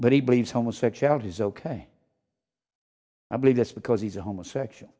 but he believes homosexuality is ok i believe that's because he's a homosexual